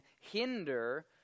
hinder